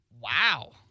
Wow